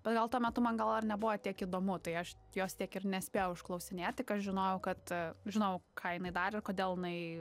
bet gal tuo metu man gal dar nebuvo tiek įdomu tai aš jos tiek ir nespėjau išklausinėt tik aš žinojau kad žinojau ką jinai darė ir kodėl jinai